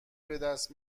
بدست